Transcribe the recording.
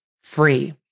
free